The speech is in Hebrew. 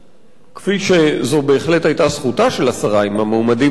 כפי שזו בהחלט היתה זכותה של השרה אם המועמדים לא נראים לה,